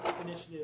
initiative